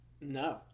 No